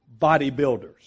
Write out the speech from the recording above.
bodybuilders